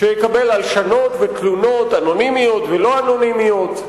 שיקבל הלשנות ותלונות אנונימיות ולא אנונימיות.